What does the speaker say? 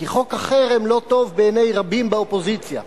כי חוק החרם לא טוב בעיני רבים באופוזיציה.